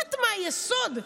מושחת מהיסוד,